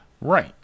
Right